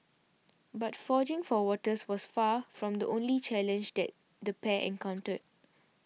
but foraging for water's was far from the only challenge that the pair encountered